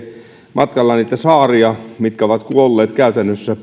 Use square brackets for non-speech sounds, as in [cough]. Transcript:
matkalla näkee saaria mitkä ovat kuolleet käytännössä [unintelligible]